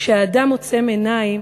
כשהאדם עוצם עיניים,